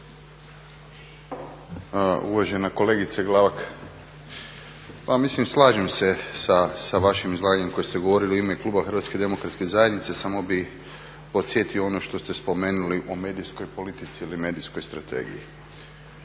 Uvažena kolegice Glavak, pa mislim slažem se sa vašim izlaganjem koji ste govorili u ime kluba HDZ-a samo bih podsjetio ono što ste spomenuli o medijskoj politici ili medijskoj strategiji.